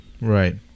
Right